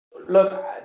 Look